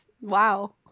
Wow